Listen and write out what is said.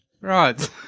Right